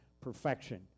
perfection